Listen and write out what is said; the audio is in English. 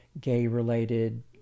gay-related